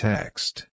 Text